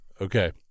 Okay